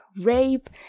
rape